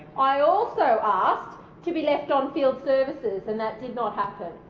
i also asked to be left on field services and that did not happen.